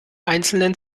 einzelnen